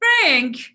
Frank